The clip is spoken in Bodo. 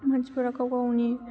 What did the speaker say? मानसिफोरा गाव गावनि